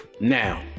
Now